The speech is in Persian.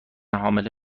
حامله